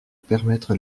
permettre